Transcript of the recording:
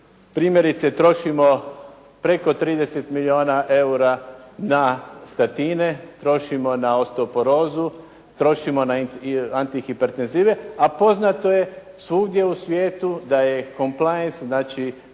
primjerice trošimo preko 30 milijuna eura na statine, trošimo na ostoporozu, trošimo na antihipertezive, a poznato je svugdje u svijetu da je … znači